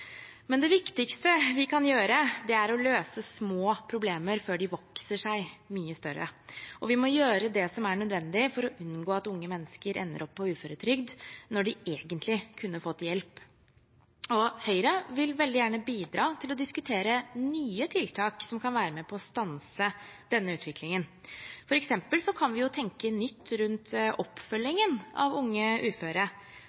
Det viktigste vi kan gjøre, er å løse små problemer før de vokser seg mye større, og vi må gjøre det som er nødvendig for å unngå at unge mennesker ender opp på uføretrygd når de egentlig kunne fått hjelp. Høyre vil veldig gjerne bidra til å diskutere nye tiltak som kan være med på å stanse denne utviklingen. For eksempel kan vi tenke nytt rundt